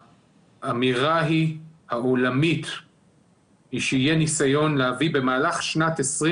האמירה העולמית היא שיהיה ניסיון להביא במהלך שנת 2021